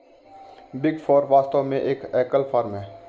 big four वास्तव में एक एकल फर्म है